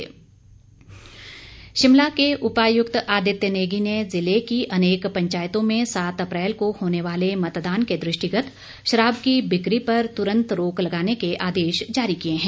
रोक शिमला के उपायुक्त आदित्य नेगी ने जिले की अनेक पंचायतों में सात अप्रैल को होने वाले मतदान के दृष्टिगत शराब की बिक्री पर तुरंत रोक लगाने के आदेश जारी किए हैं